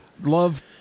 Love